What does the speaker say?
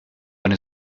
eine